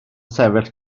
sefyll